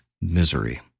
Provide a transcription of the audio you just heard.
misery